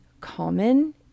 common